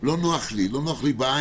לא נוח לי בעין.